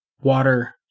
water